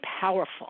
powerful